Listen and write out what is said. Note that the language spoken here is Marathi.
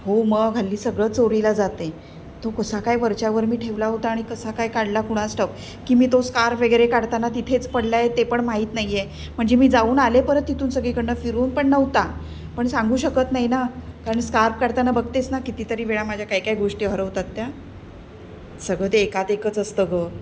हो मग हल्ली सगळं चोरीला जातं आहे तो कसा काय वरच्यावर मी ठेवला होता आणि कसा काय काढला कुणास ठाऊक की मी तो स्कार्फ वगैरे काढताना तिथेच पडला आहे ते पण माहीत नाही आहे म्हणजे मी जाऊन आले परत तिथून सगळीकडनं फिरून पण नव्हता पण सांगू शकत नाही ना कारण स्कार्प काढताना बघतेस ना कितीतरी वेळा माझ्या काय काय गोष्टी हरवतात त्या सगळं ते एकात एकच असतं गं